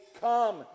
Come